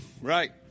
right